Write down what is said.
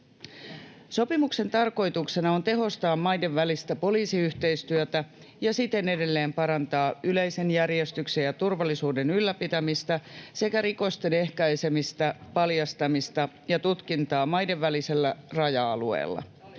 Sopimuksen tarkoituksena on tehostaa maiden välistä poliisiyhteistyötä ja siten edelleen parantaa yleisen järjestyksen ja turvallisuuden ylläpitämistä sekä rikosten ehkäisemistä, paljastamista ja tutkintaa maiden välisellä raja-alueella.